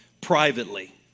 privately